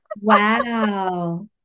Wow